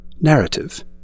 Narrative